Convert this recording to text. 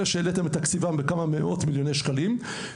אלה שהעליתם את תקציבם בכמה מאות מיליוני שקלים,